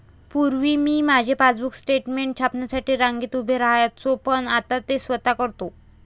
पूर्वी मी माझे पासबुक स्टेटमेंट छापण्यासाठी रांगेत उभे राहायचो पण आता ते स्वतः करतो